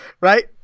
Right